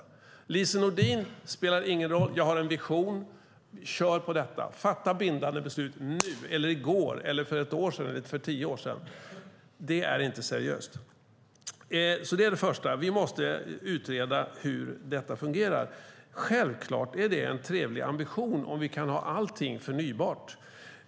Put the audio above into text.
För Lise Nordin spelar det ingen roll: Jag har en vision. Kör på detta! Fatta bindande beslut nu, eller i går, för ett år sedan eller för tio år sedan! Det är inte seriöst. Det är det första. Vi måste utreda hur detta fungerar. Självklart är det en trevlig ambition att vi kan ha allting förnybart.